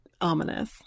ominous